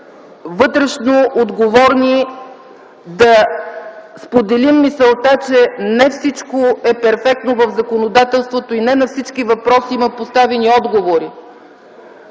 вътрешно отговорни да споделим мисълта, че не всичко е перфектно в законодателството и не на всички поставени въпроси има отговори.